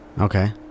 Okay